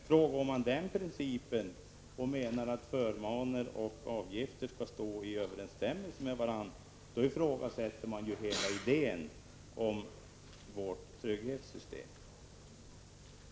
Frångår man den principen och menar att förmåner och avgifter skall stå i överensstämmelse med varandra, ifrågasätter man ju hela idén med vårt trygghetssystem.